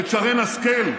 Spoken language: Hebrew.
את שרן השכל,